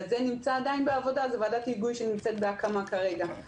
זה עדיין בעבודה, ועדת היגוי שנמצאת כרגע בהקמה.